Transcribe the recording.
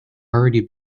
already